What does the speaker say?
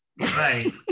right